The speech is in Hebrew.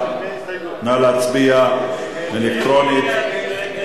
נא להצביע אלקטרונית.